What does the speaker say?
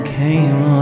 came